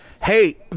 hey